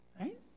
Right